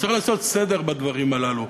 צריך לעשות סדר בדברים הללו.